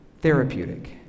therapeutic